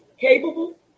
capable